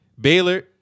Baylor